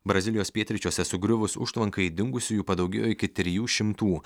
brazilijos pietryčiuose sugriuvus užtvankai dingusiųjų padaugėjo iki trijų šimtų